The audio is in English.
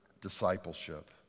discipleship